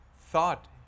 thought